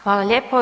Hvala lijepo.